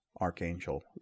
archangel